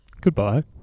goodbye